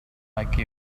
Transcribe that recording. like